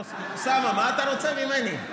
אוסאמה, מה אתה רוצה ממני?